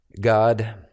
God